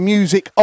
Music